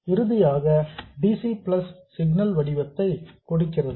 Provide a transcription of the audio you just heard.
இறுதியாக dc plus signal வடிவத்தை கொடுக்கிறது